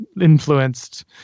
influenced